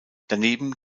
daneben